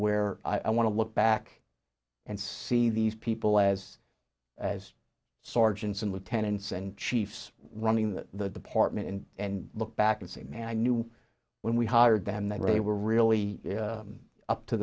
where i want to look back and see these people as as sergeants and lieutenants and chiefs running the the department and and look back and say man i knew when we hired them they were really up to